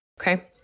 Okay